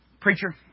Preacher